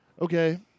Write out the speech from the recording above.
Okay